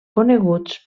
coneguts